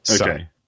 Okay